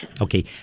Okay